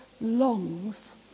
longs